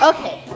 Okay